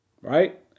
Right